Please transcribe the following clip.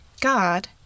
God